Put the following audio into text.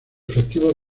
efectivos